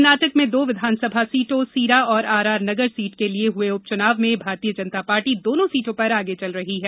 कर्नाटक में दो विधानसभा सीटों सीरा और आर आर नगर सीट के लिए हुए उपचुनाव में भारतीय जनता पार्टी दोनों सीटों पर आगे चल रही है